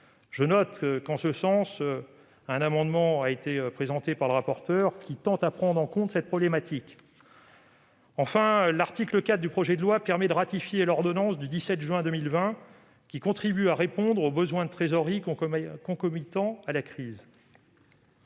Je note qu'un amendement présenté par le rapporteur tend à prendre en compte ce problème. Enfin, l'article 4 du projet de loi permet de ratifier l'ordonnance du 17 juin 2020 qui contribue à répondre aux besoins de trésorerie concomitants à la crise.